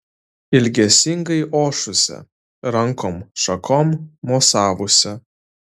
ilgesingai ošusia rankom šakom mosavusia